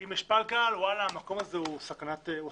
שאם יש פלקל, המקום הוא סכנת נפשות,